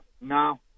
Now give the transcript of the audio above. no